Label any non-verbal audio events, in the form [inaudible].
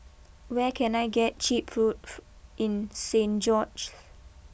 where can I get cheap food [unintelligible] in Saint George's